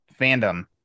fandom